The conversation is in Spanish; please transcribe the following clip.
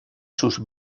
sus